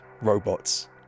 robots